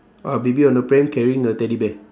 ah baby on the pram carrying a teddy bear